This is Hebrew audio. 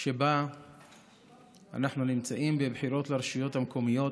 של בחירות לרשויות המקומיות,